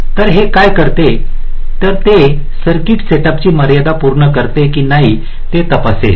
तर हे काय करते ते एक सर्किट सेटअपची मर्यादा पूर्ण करते की नाही ते तपासेल